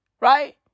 Right